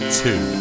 two